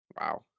Wow